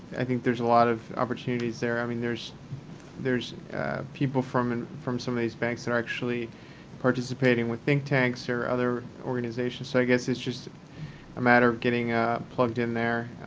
i think there's a lot of opportunities there. i mean, there's there's people from and from some of these banks that are actually participating with think tanks or other organizations. so i guess it's just a matter of getting ah plugged in there.